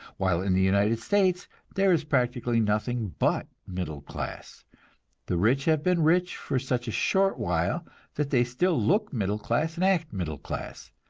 while in the united states there is practically nothing but middle class the rich have been rich for such a short while that they still look middle class and act middle class,